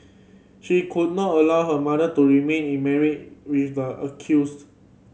she could not allow her mother to remain in with the accused